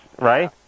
Right